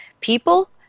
people